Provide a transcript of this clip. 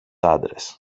άντρες